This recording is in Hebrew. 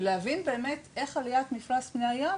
ולהבין באמת איך עליית מפלס פני הים,